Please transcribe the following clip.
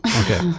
Okay